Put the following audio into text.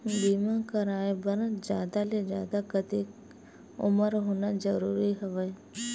बीमा कराय बर जादा ले जादा कतेक उमर होना जरूरी हवय?